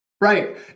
Right